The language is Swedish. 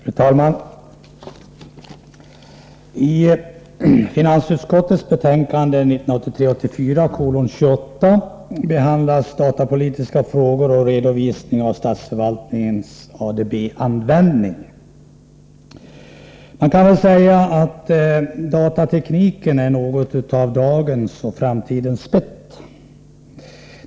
Fru talman! I finansutskottets betänkande 1983/84:28 behandlas datapolitiska frågor och redovisning av statsförvaltningens ADB-användning. Man kan säga att datatekniken är något av dagens och framtidens spett.